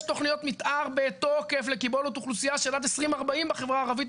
יש תכניות מתאר לתוקף לקיבולות אוכלוסייה של עד 2040 בחברה הערבית,